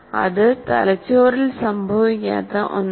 അത് തലച്ചോറിൽ സംഭവിക്കാത്ത ഒന്നാണ്